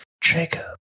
Jacob